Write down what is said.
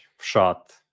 shot